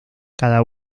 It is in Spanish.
cada